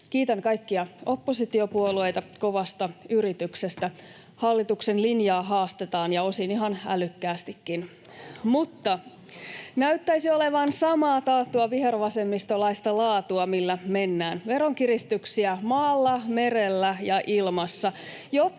Kiitän kaikkia oppositiopuolueita kovasta yrityksestä. Hallituksen linjaa haastetaan ja osin ihan älykkäästikin. Mutta näyttäisi olevan samaa taattua vihervasemmistolaista laatua, millä mennään. Veronkiristyksiä maalla, merellä ja ilmassa,